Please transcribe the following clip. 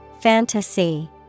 Fantasy